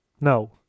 No